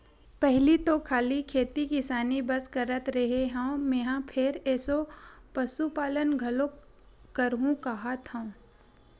पहिली तो खाली खेती किसानी बस करत रेहे हँव मेंहा फेर एसो पसुपालन घलोक करहूं काहत हंव